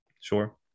Sure